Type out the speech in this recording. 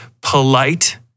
polite